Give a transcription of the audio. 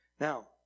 Now